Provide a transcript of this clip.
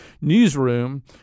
newsroom